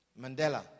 Mandela